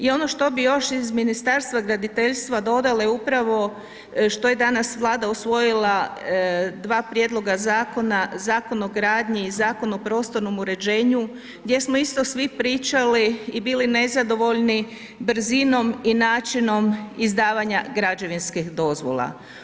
I ono što bi još iz Ministarstva graditeljstva dodale upravo što je danas Vlada usvojila dva prijedloga zakona, Zakon o gradnji i Zakon o prostornom uređenju, gdje smo isto svi pričali i bili nezadovoljni brzinom i načinom izdavanja građevinskih dozvola.